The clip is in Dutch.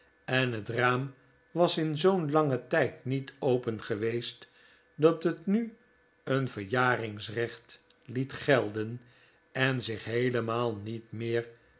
en het raam was in zoo'n langen tijd niet open geweest dat het nu een verjaringsrecht liet gelden en zich heelemaal niet meer